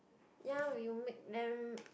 ya we will make them